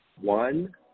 one